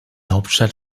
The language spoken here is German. hauptstadt